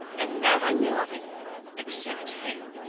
and no one knew of it except he.